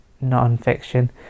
non-fiction